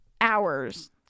hours